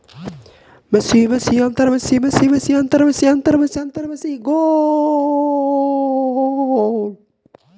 ಯಾವುದೇ ಬೆಳೆಯ ಕೊಯ್ಲಿನ ನಂತರ ಅವನ್ನು ತಾಜಾ ಆಗಿಡಲು, ಹಾಳಾಗದಂತೆ ಇಡಲು ತೆಗೆದುಕೊಳ್ಳಬೇಕಾದ ಕ್ರಮಗಳು ಯಾವುವು?